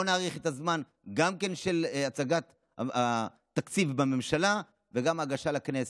בוא נאריך את הזמן גם של הצגת התקציב בממשלה וגם של ההגשה לכנסת.